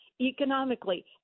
economically